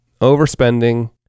Overspending